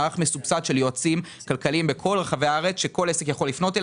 מערך מסובסד של יועצים כלכליים בכל רחבי הארץ שכל עסק יכול לפנות,